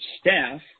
staff